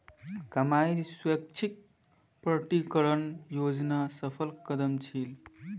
कमाईर स्वैच्छिक प्रकटीकरण योजना सफल कदम छील